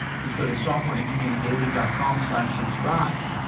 just go to softwareengineeringdaily dot com slash subscribe.